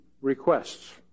requests